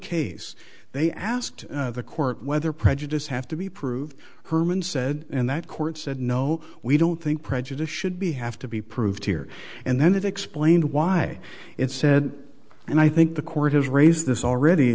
case they asked the court whether prejudice have to be proved herman said and that court said no we don't think prejudice should be have to be proved here and then they've explained why it said and i think the court has raised this already